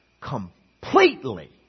completely